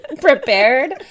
prepared